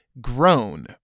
grown